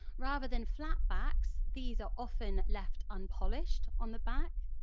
rather than flat backs these are often left unpolished on the back.